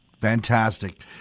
Fantastic